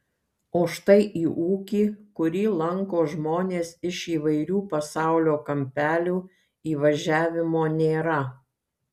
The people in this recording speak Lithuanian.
o štai į ūkį kurį lanko žmonės iš įvairių pasaulio kampelių įvažiavimo nėra